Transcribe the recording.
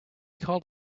called